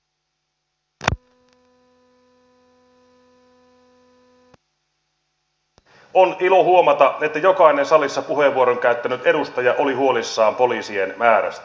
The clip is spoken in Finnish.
on ilo huomata että jokainen salissa puheenvuoron käyttänyt edustaja oli huolissaan poliisien määrästä